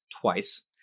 twice